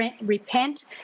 repent